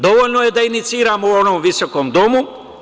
Dovoljno je da iniciram u ovom visokom domu.